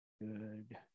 good